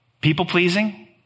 People-pleasing